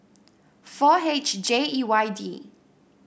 four H J E Y D